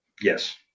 yes